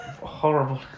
horrible